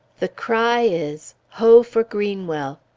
the cry is ho! for greenwell!